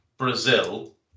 Brazil